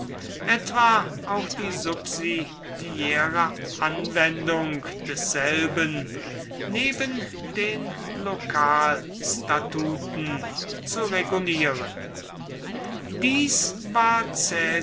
etwa auch die subsidiäre anwendung desselben neben den lokalstatuten zu regulieren dies war